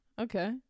okay